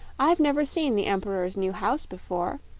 i've never seen the emp'ror's new house before.